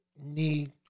need